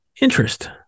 interest